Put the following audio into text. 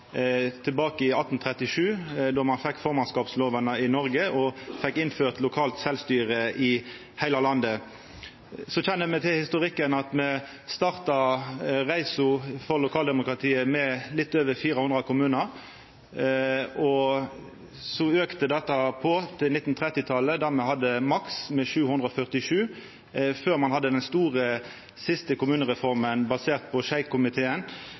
tilbake i 1837, då me fekk formannskapslovene i Noreg og fekk innført lokalt sjølvstyre i heile landet. Me kjenner historikken: Me starta reisa for lokaldemokratiet med litt over 400 kommunar. Så auka det til på 1930-talet, då me hadde maks med 747, før ein hadde den store siste kommunereforma basert på